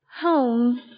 home